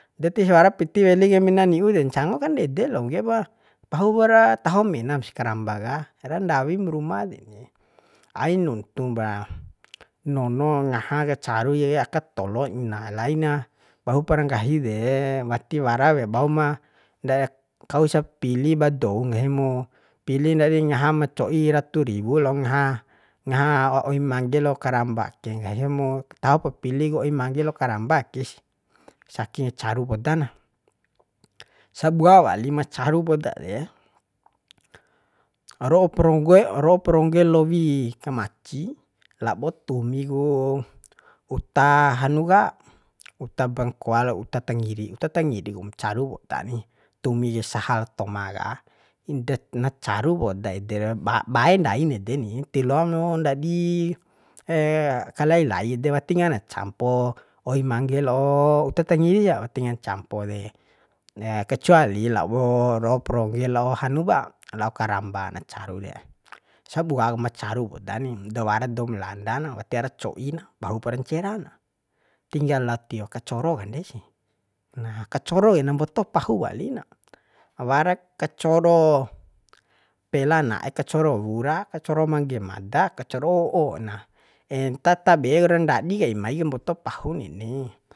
De tisa wara piti weli kaim mina ni'u de ncango kandede lo ngge'e pa pahupara taho menap sih karamba ka ra ndawim ruma deni ain nuntu nono ngaha ka caru ja kai aka tolo ina laina pahupara nggahi de wati wara wea bauma kausa pili ba dou ngahi mu pili ndadi ngaha ma coi ratu riwu lao ngaha ngaha oi mangge lo karamba ke nggahimu tahopu pili ku oi mangge karamba kesi saking caru poda na sabua wali macaru poda re ro'o parongge ro'o parongge lowi kamaci labo tumi ku uta hanu ka uta bangkol lao uta tangiri uta tangiri kum caru uta ni tumi kai sahal toma ka iden nacaru poda ede bae ndain ede ni ti loamu ndadi kalai lai ede watingan campo oi mangge lao uta tangiria wati ngawan campo de kecuali labo ro'o prongge lao hanu pa lao karamba na caru re sabuak ma caru poda ni dawara doum landa na tiara coi na pahup ra ncera na tinggal lao tio kacoro kande si nah kacoro ke na mboto pahu wali na warak kacodo pela na'e kacoro wura kacoro mangge mada kacoro o'o na enta ta be kura ndadi kain mai kaimboto pahun deni